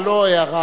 אבל לא הערה,